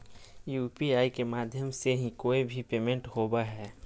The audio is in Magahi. यू.पी.आई के माध्यम से ही कोय भी पेमेंट होबय हय